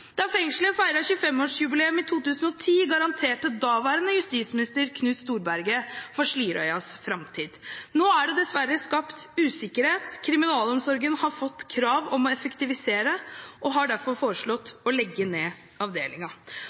Da fengselet feiret 25-års jubileum i 2010, garanterte daværende justisminister Knut Storberget for Slidreøyas framtid. Nå er det dessverre skapt usikkerhet. Kriminalomsorgen har fått krav om å effektivisere og har derfor foreslått å legge ned